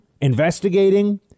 investigating